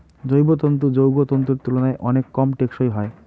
জৈব তন্তু যৌগ তন্তুর তুলনায় অনেক কম টেঁকসই হয়